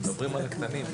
בהצלחה.